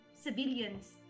civilians